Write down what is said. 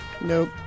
Nope